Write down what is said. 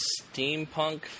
steampunk